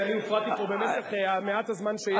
אני הופרעתי פה במשך מעט הזמן שיש לי.